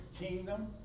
kingdom